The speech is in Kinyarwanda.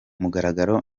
mugaragaro